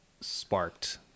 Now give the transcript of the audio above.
sparked